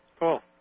Cool